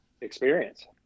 experience